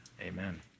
amen